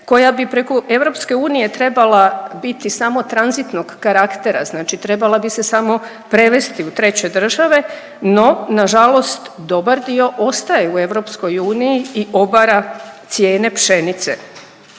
koja bi preko EU trebala biti samo tranzitnog karaktera, znači trebala bi se samo prevesti u treće države, no nažalost dobar dio ostaje u EU i obara cijene pšenice.